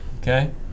okay